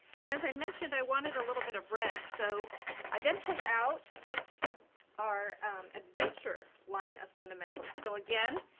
and as i mentioned, i wanted a little bit of red. so i then pulled out our adventure line of fundamentals. so again,